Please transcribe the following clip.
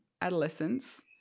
adolescence